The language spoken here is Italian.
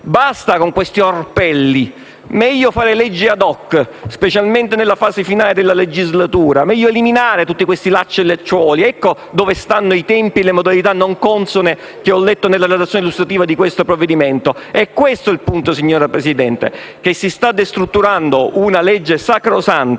basta con gli orpelli; meglio fare leggi *ad hoc*, specialmente nella fase finale della legislatura. Meglio eliminare tutti i lacci e lacciuoli. Ecco dove stanno i tempi e le modalità non consone che ho letto nella relazione illustrativa del provvedimento. È questo il punto, signora Presidente: si sta destrutturando una legge sacrosanta